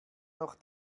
noch